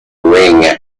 ring